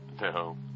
No